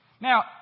Now